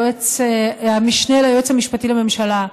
המשנה ליועץ המשפטי לממשלה,